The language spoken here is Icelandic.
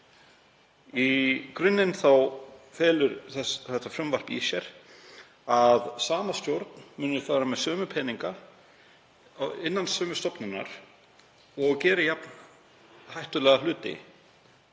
Í grunninn felur frumvarpið í sér að sama stjórn fari með sömu peninga innan sömu stofnunar og geri jafn hættulega hluti